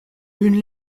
une